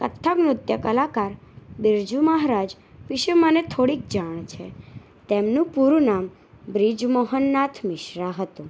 કથક નૃત્ય કલાકાર બિરજુ મહારાજ વિશે મને થોડીક જાણ છે તેમનું પૂરું નામ બ્રિજ મોહનનાથ મિશ્રા હતું